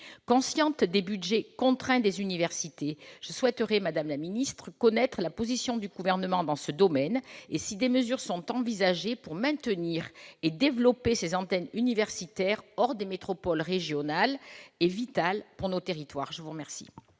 Consciente des budgets contraints des universités, je souhaiterais, madame la secrétaire d'État, connaître la position du Gouvernement dans ce domaine, et savoir si des mesures sont envisagées pour maintenir et développer ces antennes universitaires hors des métropoles régionales, car elles sont vitales pour nos territoires. La parole